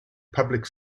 public